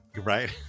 right